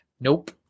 nope